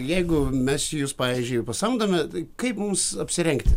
jeigu mes jus pavyzdžiui pasamdome kaip mums apsirengti